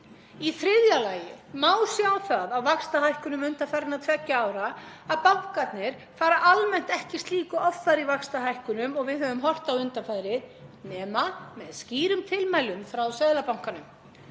Í þriðja lagi má sjá það á vaxtahækkunum undanfarinna tveggja ára að bankarnir fara almennt ekki slíku offari í vaxtahækkunum og við höfum horft á undanfarið nema með skýrum tilmælum frá Seðlabankanum.